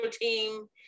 team